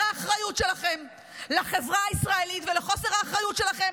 האחריות שלכם לחברה הישראלית ועל חוסר האחריות שלכם